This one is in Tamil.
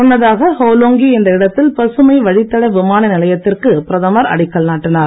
முன்னதாக ஹோலோங்கி என்ற இடத்தில் பசுமை வழித்தட விமான நிலையத்திற்கு பிரதமர் அடிக்கல் நாட்டினார்